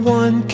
one